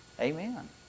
Amen